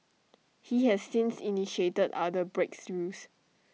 he has since initiated other breakthroughs